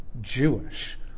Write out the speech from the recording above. Jewish